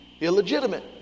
illegitimate